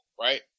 right